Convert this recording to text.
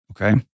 okay